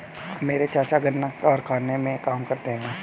मेरे चाचा गन्ना कारखाने में काम करते हैं